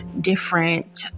different